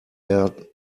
air